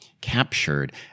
captured